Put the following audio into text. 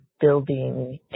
building